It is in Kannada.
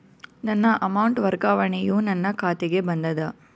ನನ್ನ ಅಮೌಂಟ್ ವರ್ಗಾವಣೆಯು ನನ್ನ ಖಾತೆಗೆ ಬಂದದ